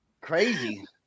Crazy